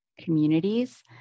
communities